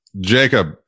jacob